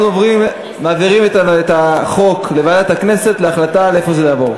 אנחנו מעבירים את החוק לוועדת הכנסת להחלטה לאן הוא יעבור.